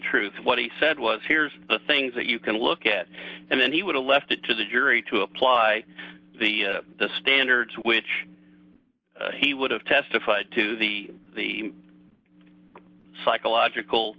truth what he said was here's the things that you can look at and then he would have left it to the jury to apply the the standard to which he would have testified to the the psychological